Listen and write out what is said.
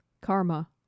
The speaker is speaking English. Karma